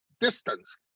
distance